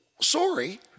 sorry